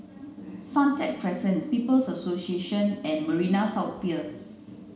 Sunset Crescent People's Association and Marina South Pier